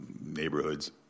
neighborhoods